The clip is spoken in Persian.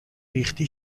ریختی